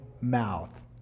mouth